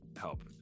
help